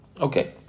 Okay